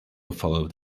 followed